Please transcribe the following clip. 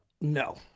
No